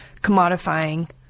commodifying